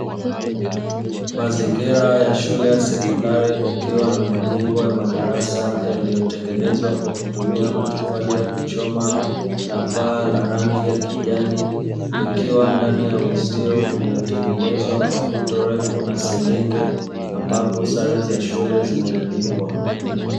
Mazingira ya jengo la sekondari kukiwa na majengo ya madarasa; yaliotengenezwa kwa kutumia matofali ya kuchoma na paa la rangi ya kijani, ikiwa ndani ya uzio uliotengenezwa kwa fito refu la senyenge ambapo sare za shule zimeanikwa.